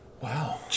Wow